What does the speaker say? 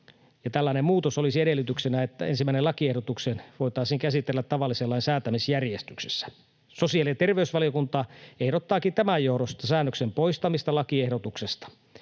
Tällainen muutos olisi edellytyksenä, että ensimmäinen lakiehdotus voitaisiin käsitellä tavallisen lain säätämisjärjestyksessä. Sosiaali- ja terveysvaliokunta ehdottaakin tämän johdosta säännöksen poistamista lakiehdotuksesta.